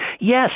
Yes